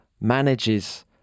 manages